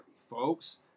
folks